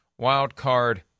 wildcard